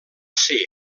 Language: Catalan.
ser